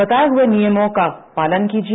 बताए हुए नियमों का पालन कीजिए